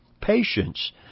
patience